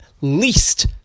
least